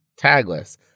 tagless